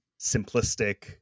simplistic